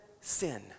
sin